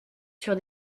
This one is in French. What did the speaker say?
sur